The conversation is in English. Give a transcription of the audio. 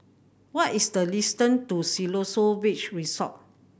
what is the to Siloso Beach Resort